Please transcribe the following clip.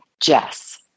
Jess